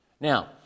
Now